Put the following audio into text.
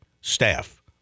staff